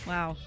Wow